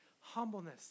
humbleness